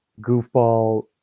goofball